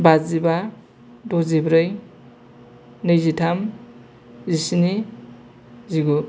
बाजिबा द'जिब्रै नैजिथाम जिस्नि जिगु